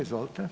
Izvolite.